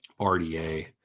RDA